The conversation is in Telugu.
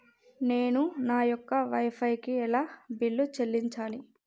నేను నా యొక్క వై ఫై కి ఎలా బిల్లు చెల్లించాలి?